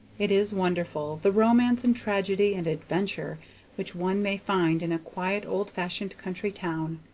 it is wonderful, the romance and tragedy and adventure which one may find in a quiet old-fashioned country town,